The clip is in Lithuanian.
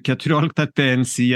keturiolikta pensija